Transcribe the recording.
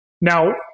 Now